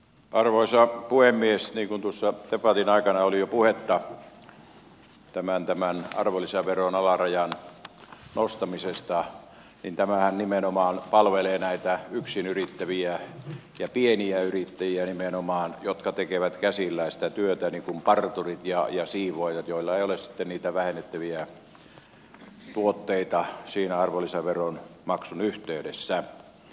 niin kuin tuossa debatin aikana oli jo puhetta tämän arvonlisäveron alarajan nostamisesta tämähän palvelee näitä yksinyrittäviä ja pieniä yrittäjiä nimenomaan jotka tekevät käsillään sitä työtä niin kuin parturit ja siivoojat joilla ei ole sitten niitä vähennettäviä tuotteita siinä arvonlisäveron maksun yhteydessä